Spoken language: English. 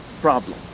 problem